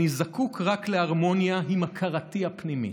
אני זקוק רק להרמוניה עם הכרתי הפנימית,